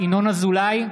ינון אזולאי,